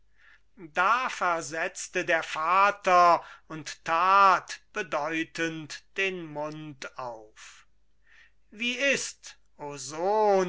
da versetzte der vater und tat bedeutend den mund auf wie ist o